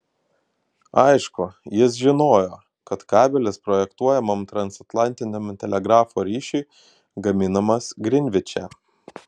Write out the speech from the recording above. aišku jis žinojo kad kabelis projektuojamam transatlantiniam telegrafo ryšiui gaminamas grinviče